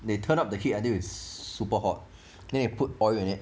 they turn up the heat until it's super hot then you put oil in it